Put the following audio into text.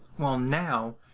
well now,